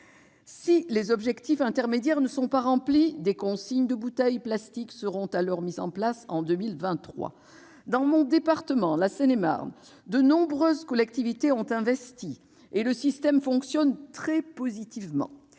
Si les objectifs intermédiaires ne sont pas atteints, des consignes de bouteilles plastiques seront mises en place en 2023. Dans mon département, la Seine-et-Marne, de nombreuses collectivités territoriales ont investi et le système fonctionne très bien